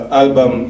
album